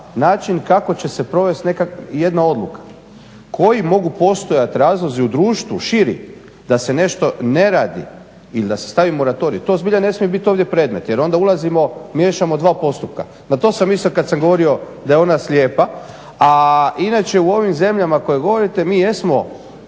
način kako će se provest jedna odluka. Koji mogu postojat razlozi u društvu širi da se nešto ne radi ili da se stavi moratorij, to zbilja ne smije biti ovdje predmet jer onda ulazimo, miješamo dva postupka. Na to sam mislio kad sam govorio da je ona slijepa, a inače u ovim zemljama o kojima govorite mi jesmo